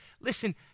Listen